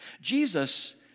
Jesus